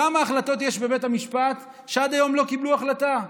כמה החלטות יש בבית המשפט שעד היום לא קיבלו החלטה?